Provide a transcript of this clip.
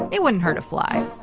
it wouldn't hurt a fly.